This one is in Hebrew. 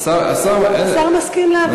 השר, השר מסכים להעביר את זה לוועדת החינוך.